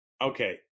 okay